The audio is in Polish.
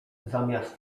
zamiast